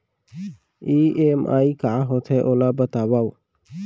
EMI का होथे, ओला बतावव